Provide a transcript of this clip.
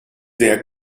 sehr